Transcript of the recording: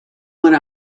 one